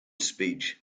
speech